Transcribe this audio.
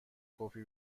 کپی